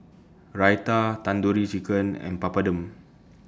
Raita Tandoori Chicken and Papadum